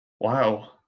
Wow